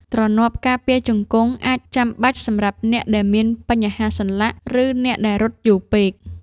ទ្រនាប់ការពារជង្គង់ អាចចាំបាច់សម្រាប់អ្នកដែលមានបញ្ហាសន្លាក់ ឬអ្នកដែលរត់យូរពេក។